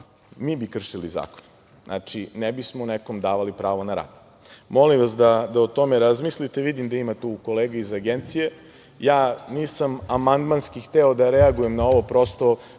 mi bi kršili zakon. Znači, ne bismo neko davali pravo na rad. Molim vas da o tome razmislite, vidim da ima tu kolega iz Agencije. Ja nisam amandmanski hteo da reagujem na ovo, prosto